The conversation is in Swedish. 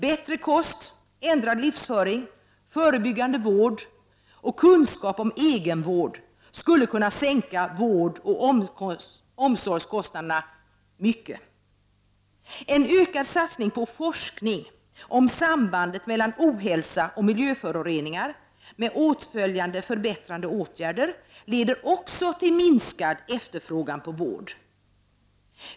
Bättre kost, ändrad livsföring, förebyggande vård och kunskap om egenvård skulle kunna sänka vårdoch omsorgskostnaderna mycket. En ökad satsning på forskning om sambandet mellan ohälsa och miljöföroreningar med åtföljande förbättrande åtgärder leder också till en minskning av efterfrågan på vård.